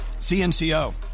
CNCO